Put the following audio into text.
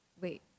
wait